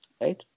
right